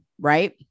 right